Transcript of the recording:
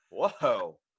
whoa